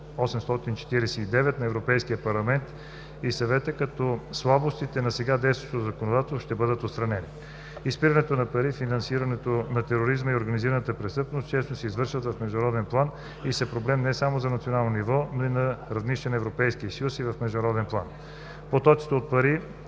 на Европейския парламент и Съвета, като слабостите на сега действащото законодателство ще бъдат отстранени. Изпирането на пари, финансирането на тероризма и организираната престъпност често се извършват в международен план и са проблем не само от национално ниво, но и на равнището на Европейския съюз, и в международен план. Потоците от пари